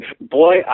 boy